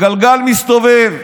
הגלגל מסתובב,